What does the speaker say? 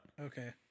okay